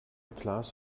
klaas